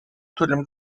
którym